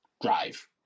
drive